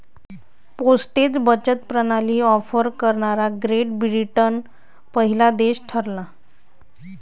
postage बचत प्रणाली offer करणारा ग्रेट ब्रिटन पहिला देश ठरला